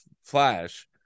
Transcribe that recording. Flash